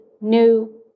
new